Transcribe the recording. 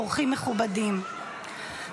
אורחים מכובדים,